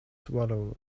swallow